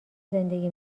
زندگی